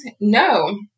No